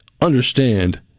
understand